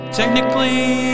technically